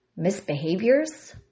misbehaviors